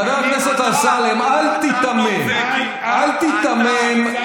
חבר הכנסת אמסלם, אל תיתמם, אל תיתמם.